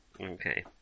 Okay